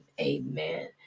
Amen